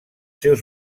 seus